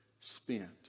spent